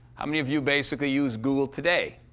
how many of you basically use google today?